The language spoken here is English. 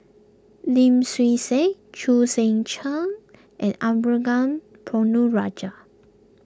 Lim Swee Say Chu Seng Chee and Arumugam Ponnu Rajah